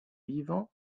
vivants